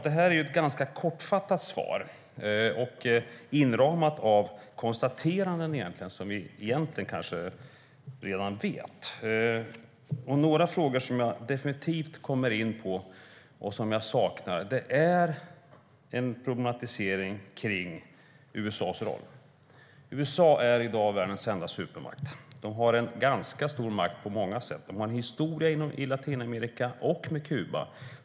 Det är ett ganska kortfattat svar inramat av konstateranden som vi egentligen kanske redan känner till. Något som jag definitivt vill komma in på och som jag saknar i svaret är en problematisering av USA:s roll. USA är i dag världens enda supermakt och har ganska stor makt på många sätt. De har en mycket problematisk historia inom Latinamerika och Kuba.